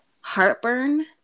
heartburn